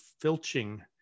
filching